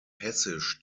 hessisch